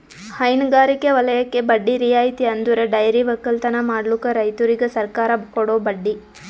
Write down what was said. ಹೈನಗಾರಿಕೆ ವಲಯಕ್ಕೆ ಬಡ್ಡಿ ರಿಯಾಯಿತಿ ಅಂದುರ್ ಡೈರಿ ಒಕ್ಕಲತನ ಮಾಡ್ಲುಕ್ ರೈತುರಿಗ್ ಸರ್ಕಾರ ಕೊಡೋ ಬಡ್ಡಿ